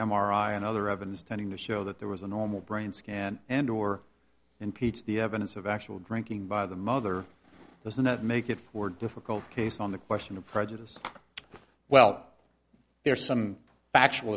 i and other evidence tending to show that there was a normal brain scan and or impeach the evidence of actual drinking by the mother doesn't that make it more difficult case on the question of prejudice well there's some factual